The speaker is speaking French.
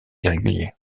irrégulier